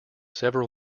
several